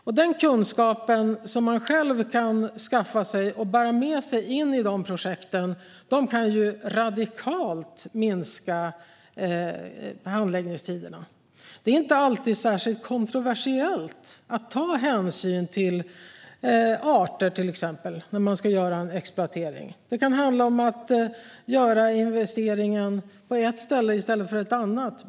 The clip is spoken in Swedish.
Och den kunskap som man själv kan skaffa sig och bära med sig in i projekten kan radikalt minska handläggningstiderna. Det är inte alltid särskilt kontroversiellt att ta hänsyn till arter, till exempel, när man ska göra en exploatering. Det kan handla om att göra investeringen på ett ställe i stället för på ett annat.